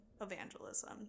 Evangelism